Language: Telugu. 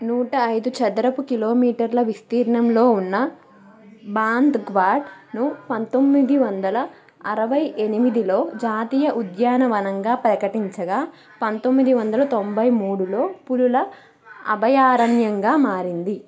నూట ఐదు చదరపు కిలోమీటర్ల విస్తీర్ణంలో ఉన్న బాంద్గ్వాడ్ను పంతొమ్మిది వందల అరవై ఎనిమిదిలో జాతీయ ఉద్యానవనంగా ప్రకటించగా పంతొమ్మిది వందల తొంభై మూడులో పులుల అభయారణ్యంగా మారింది